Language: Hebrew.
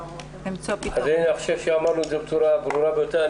אני חושב שאמרנו את זה בצורה ברורה ביותר.